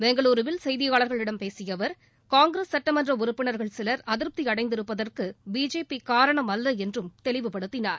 பெங்களூருவில் செய்தியாளர்களிடம் பேசிய அவர் காங்கிரஸ் சுட்டமன்ற உறுப்பினர்கள் சிலர் அதிருப்தி அடைந்திருப்பதற்கு பிஜேபி காரணம் அல்ல என்றும் அவர் தெளிவுபடுத்தினார்